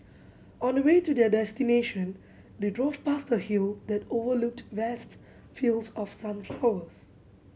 on the way to their destination they drove past a hill that overlooked vast fields of sunflowers